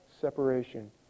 separation